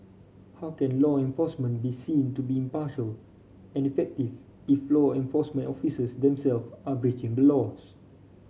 how can law enforcement be seen to be impartial and effective if law enforcement officers themself are breaching the laws